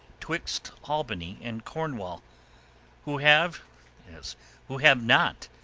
twixt albany and cornwall who have as who have not,